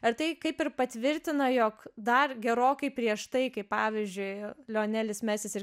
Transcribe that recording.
ar tai kaip ir patvirtina jog dar gerokai prieš tai kai pavyzdžiui lionelis mesis ir